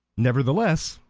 nevertheless,